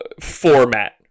format